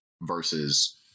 versus